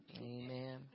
Amen